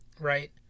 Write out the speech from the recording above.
Right